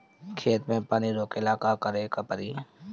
खेत मे पानी रोकेला का करे के परी?